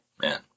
man